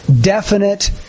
definite